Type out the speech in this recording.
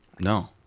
No